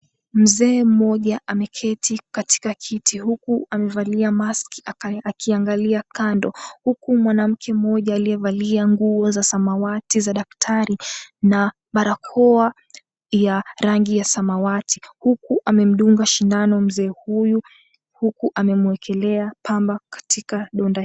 Mzee mmoja ameketi katika kiti huku amevalia mask akiangalia kando, huku mwanamke mmoja aliyevalia nguo za samawati za daktari na barakoa ya rangi ya samawati huku amemdunga sindano mzee huyo huku amemwekelea pamba katika kidonda hicho.